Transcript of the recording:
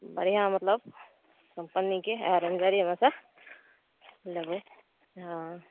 बढ़िऑं मतलब कम्पनीके आ रेंजरेमे सँ लेबै हँ